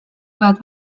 bat